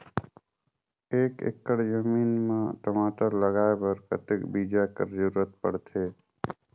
एक एकड़ जमीन म टमाटर लगाय बर कतेक बीजा कर जरूरत पड़थे?